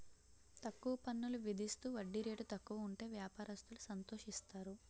తక్కువ పన్నులు విధిస్తూ వడ్డీ రేటు తక్కువ ఉంటే వ్యాపారస్తులు సంతోషిస్తారు